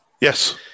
Yes